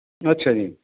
ਅੱਛਾ ਜੀ